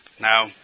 Now